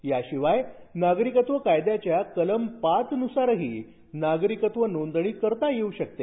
याशिवाय नागरिकत्व कायद्याच्या कलम पाचनुसारही नागरिकत्व नोंदणी करता येऊ शकते